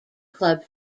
club